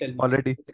Already